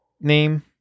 name